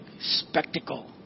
spectacle